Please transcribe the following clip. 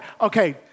okay